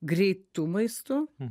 greitu maistu